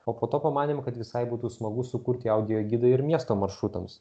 o po to pamanėm kad visai būtų smagu sukurti audiogidą ir miesto maršrutams